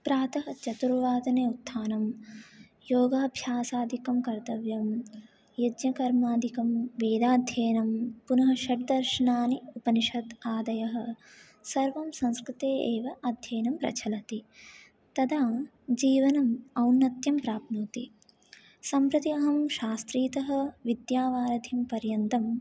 प्रातः चतुर्वादने उत्थानं योगाभ्यासादिकं कर्तव्यं यज्ञकर्मादिकं वेदाध्ययनं पुनः षड्दर्शनानि उपनिषत् आदयः सर्वं संस्कृते एव अध्ययनं प्रचलति तदा जीवनम् औन्नत्यं प्राप्नोति सम्प्रति अहं शास्त्रितः विद्यावारिधिपर्यन्तं